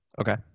Okay